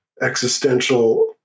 existential